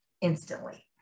instantly